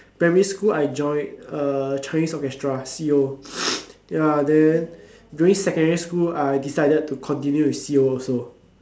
primary school I join uh chinese orchestra C_O ya then during secondary school I decided to continue with C_O also